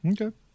Okay